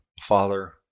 father